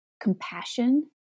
compassion